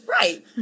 Right